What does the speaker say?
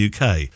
uk